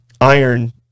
iron